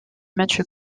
match